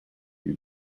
you